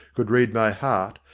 could read my heart,